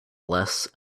less